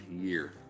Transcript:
year